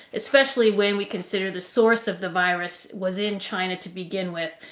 especially when we consider the source of the virus was in china to begin with,